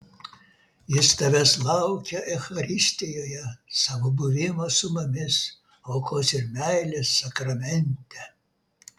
jis tavęs laukia eucharistijoje savo buvimo su mumis aukos ir meilės sakramente